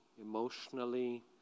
emotionally